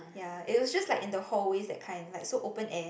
ya it's just like in the hallway that kind like so open air